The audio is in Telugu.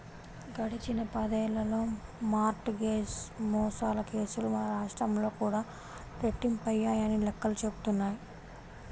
గడిచిన పదేళ్ళలో మార్ట్ గేజ్ మోసాల కేసులు మన రాష్ట్రంలో కూడా రెట్టింపయ్యాయని లెక్కలు చెబుతున్నాయి